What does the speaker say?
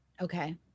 Okay